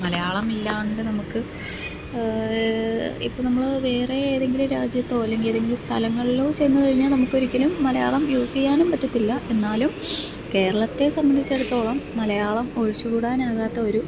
മലയാളമില്ലാണ്ട് നമുക്ക് ഇപ്പം നമ്മൾ വേറെ ഏതെങ്കിലും രാജ്യത്തോ അല്ലെങ്കിൽ ഏതെങ്കിലും സ്ഥലങ്ങളിലോ ചെന്ന് കഴിഞ്ഞാൽ നമുക്കൊരിക്കലും മലയാളം യൂസ് ചെയ്യാനും പറ്റത്തില്ല എന്നാലും കേരളത്തെ സംബന്ധിച്ചിടത്തോളം മലയാളം ഒഴിച്ചുകൂടാനാകാത്ത ഒരു